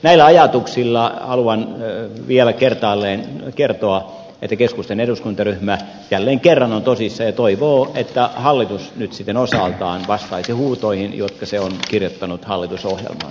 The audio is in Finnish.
näillä ajatuksilla haluan vielä kertaalleen kertoa että keskustan eduskuntaryhmä jälleen kerran on tosissaan ja toivoo että hallitus nyt sitten osaltaan vastaisi huutoihin jotka se on kirjoittanut hallitusohjelmaan on